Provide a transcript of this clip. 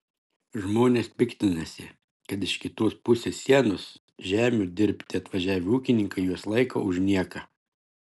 žmonės piktinasi kad iš kitos pusės sienos žemių dirbti atvažiavę ūkininkai juos laiko už nieką